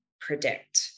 predict